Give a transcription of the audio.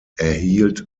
erhielt